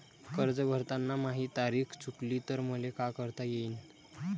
कर्ज भरताना माही तारीख चुकली तर मले का करता येईन?